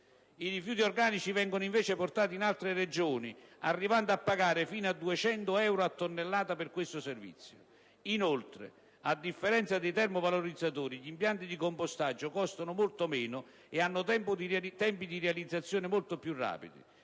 I rifiuti organici vengono invece portati in altre Regioni, arrivando a pagare fino a 200 euro a tonnellata per questo servizio. Inoltre, a differenza dei termovalorizzatori, gli impianti di compostaggio costano molto meno ed hanno tempi di realizzazione molto più rapidi.